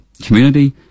community